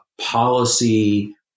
policy